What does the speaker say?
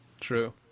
True